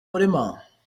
murima